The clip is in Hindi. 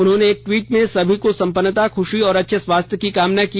उन्होंने एक ट्वीट में सभी की संपन्नता खूशी और अच्छे स्वास्थ्य की कामना की